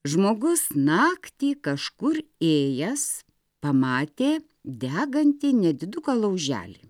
žmogus naktį kažkur ėjęs pamatė degantį nediduką lauželį